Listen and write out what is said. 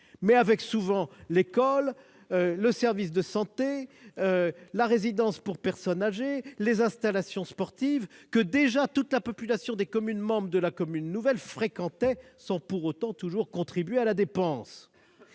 mais avec en partage l'école, le service de santé, la résidence pour personnes âgées et les installations sportives que la population des communes membres de la commune nouvelle fréquentait d'ores et déjà, sans pour autant toujours contribuer à la dépense.